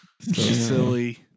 Silly